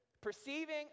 perceiving